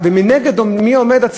ומנגד מי עומד?